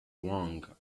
wong